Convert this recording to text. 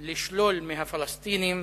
לשלול מהפלסטינים